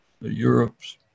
Europe's